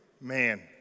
man